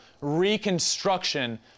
reconstruction